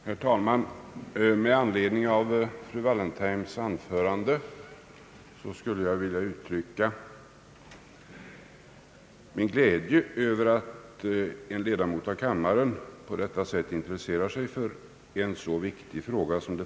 Herr talman! Med anledning av fru Wallentheims anförande skulle jag vilja uttrycka min glädje över att en ledamot av kammaren på detta sätt intresserar sig för en så viktig fråga.